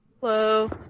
Hello